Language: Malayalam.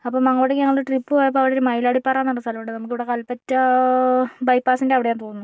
അപ്പോൾ അങ്ങോട്ടേക്ക് ഞങ്ങളൊരു ട്രിപ്പ് പോയപ്പോൾ അവിടെ ഒരു മയിലാടിപ്പാറയെന്ന് പറഞ്ഞ ഒരു സ്ഥലമുണ്ട് നമുക്കിവിടെ കൽപ്പറ്റ ബൈപ്പാസിൻ്റെ അവിടെയാണെന്ന് തോന്നുന്നു